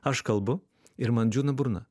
aš kalbu ir man džiūna burna